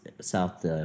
South